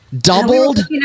Doubled